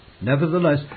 Nevertheless